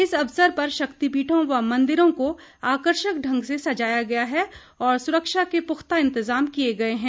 इस अवसर पर शक्तिपीठों व मंदिरों को आकर्षक ढंग से सजाया गया है और सुरक्षा के पुख्ता इंतजाम किए गए हैं